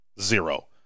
Zero